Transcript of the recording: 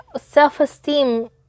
self-esteem